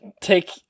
take